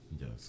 yes